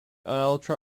ultra